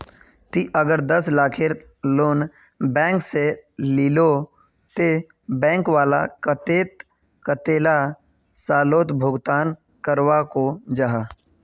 ती अगर दस लाखेर लोन बैंक से लिलो ते बैंक वाला कतेक कतेला सालोत भुगतान करवा को जाहा?